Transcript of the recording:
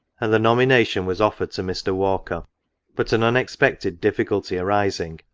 and the nomin ation was offered to mr. walker but an unexpected difficulty arising,